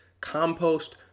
compost